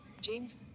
james